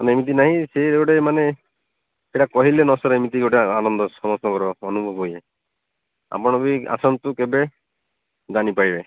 ମାନେ ଏମିତି ନାହିଁ ସେ ଗୋଟେ ମାନେ ସେଇଟା କହିଲେ ନ ସରେ ଏମିତି ଗୋଟେ ଆନନ୍ଦ ସମସ୍ତଙ୍କର ଅନୁଭବ ଇଏ ଆପଣ ବି ଆସନ୍ତୁ କେବେ ଜାଣିପାରିବେ